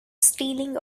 stealing